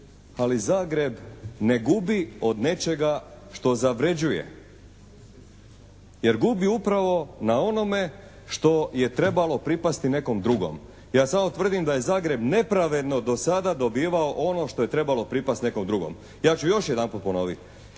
Ali Zagreb ne gubi od nečega što zavrjeđuje jer gubi upravo na onome što je trebalo pripasti nekom drugom. Ja samo tvrdim da je Zagreb nepravedno do sada dobivao ono što je trebalo pripasti nekom drugom. Ja ću još jedan put ponoviti.